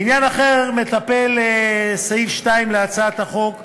בעניין אחר מטפל סעיף 2 להצעת החוק: